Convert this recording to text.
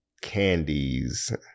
candies